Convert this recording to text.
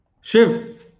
Shiv